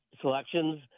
selections